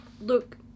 look